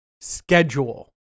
schedule